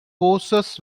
poses